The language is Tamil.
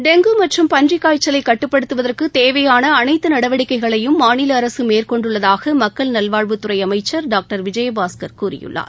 டெங்கு மற்றும் பன்றிக் காய்ச்சலை கட்டுப்படுத்துவதற்கு தேவையாள அனைத்து நடவடிக்கைகளையும் மாநில அரசு மேற்கொண்டுள்ளதாக மக்கள் நல்வாழ்வுத்துறை அமைச்சா் டாக்டா விஜயபாஸ்கள் கூறியுள்ளார்